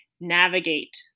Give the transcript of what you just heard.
navigate